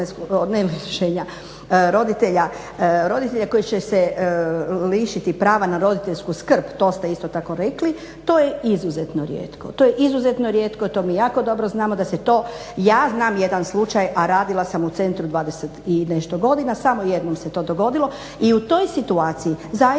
se tiče roditelja koji će se lišiti prava na roditeljsku skrb, to ste isto tako rekli, to je izuzetno rijetko. To mi jako dobro znamo da se to, ja znam jedan slučaj, a radila sam u centru 20 i nešto godina, samo jednom se to dogodilo. I u toj situaciji zaista